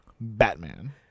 Batman